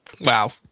Wow